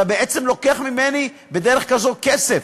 אתה בעצם לוקח ממני בדרך כזו כסף,